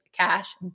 Cash